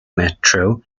metro